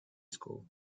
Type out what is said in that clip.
school